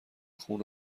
خون